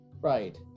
Right